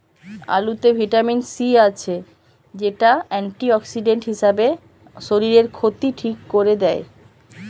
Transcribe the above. আলুতে vitamin C আছে, যেটা অ্যান্টিঅক্সিডেন্ট হিসাবে শরীরের ক্ষতি ঠিক কোরে দেয়